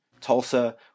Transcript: Tulsa